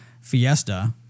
fiesta